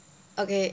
okay